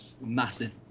massive